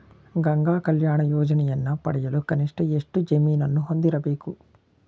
ಗಂಗಾ ಕಲ್ಯಾಣ ಯೋಜನೆಯನ್ನು ಪಡೆಯಲು ಕನಿಷ್ಠ ಎಷ್ಟು ಜಮೀನನ್ನು ಹೊಂದಿರಬೇಕು?